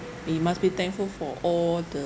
we must be thankful for all the